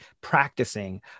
practicing